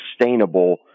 sustainable